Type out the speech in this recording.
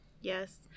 Yes